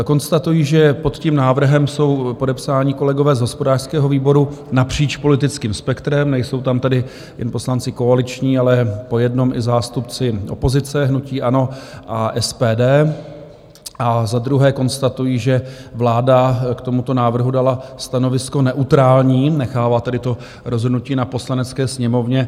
Konstatuji, že pod návrhem jsou podepsáni kolegové z hospodářského výboru napříč politickým spektrem, nejsou tam tedy jen poslanci koaliční, ale po jednom i zástupci opozice, hnutí ANO a SPD, a za druhé konstatuji, že vláda k tomuto návrhu dala stanovisko neutrální, nechává tedy rozhodnutí na Poslanecké sněmovně.